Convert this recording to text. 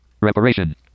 Reparation